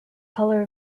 color